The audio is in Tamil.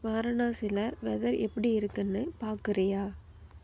வாரணாசியில வெதர் எப்படி இருக்குன்னு பார்க்குறியா